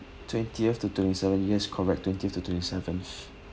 twentieth to twenty-seventh yes correct twentieth to twenty-seventh